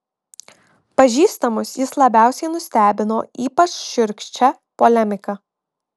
pažįstamus jis labiausiai nustebino ypač šiurkščia polemika